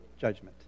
judgment